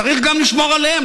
צריך לשמור גם עליהם,